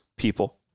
People